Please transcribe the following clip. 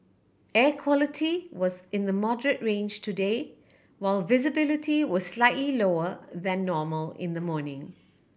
air quality was in the moderate range today while visibility was slightly lower than normal in the morning